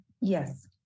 Yes